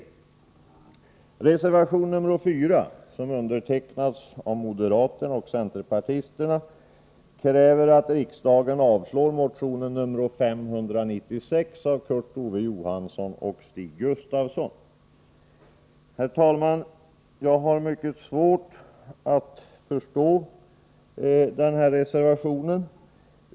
I reservation 4, som undertecknats av moderaterna och centerpartisterna, avstyrker man motion 596 av Kurt Ove Johansson och Stig Gustafsson. Herr talman! Jag har mycket svårt att förstå den reservationen.